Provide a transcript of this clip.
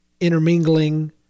intermingling